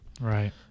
Right